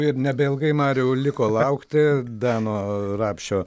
ir nebeilgai mariau liko laukti dano rapšio